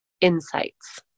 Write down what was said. insights